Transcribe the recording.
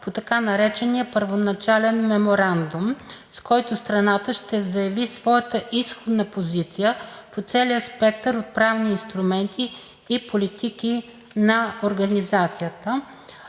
по така наречения първоначален меморандум, с който страната ще заяви своята изходна позиция по целия спектър от правни инструменти и политики на Организация.